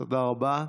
תודה רבה.